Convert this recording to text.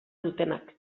dutenak